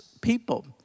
people